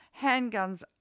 handguns